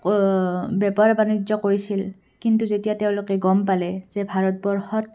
বেপাৰ বাণিজ্য কৰিছিল কিন্তু যেতিয়া তেওঁলোকে গম পালে যে ভাৰতবৰ্ষত